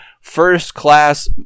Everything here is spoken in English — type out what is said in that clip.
first-class